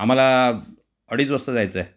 आम्हाला अडीच वाजता जायचं आहे